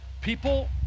People